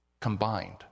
combined